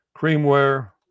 creamware